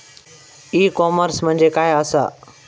E commerce म्हणजे काय असा?